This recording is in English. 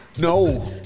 No